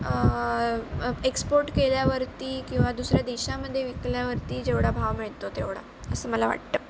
export केल्यावरती किंवा दुसऱ्या देशामध्ये विकल्यावरती जेवढा भाव मिळतो तेवढा असं मला वाटतं